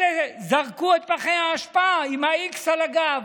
אלה זרקו את פחי האשפה, עם ה-x על הגב.